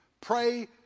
pray